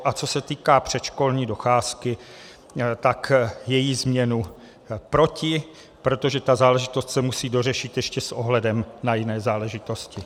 A co se týká předškolní docházky, její změnu proti, protože záležitost se musí dořešit ještě s ohledem na jiné záležitosti.